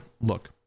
look